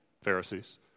Pharisees